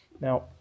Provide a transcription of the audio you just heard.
Now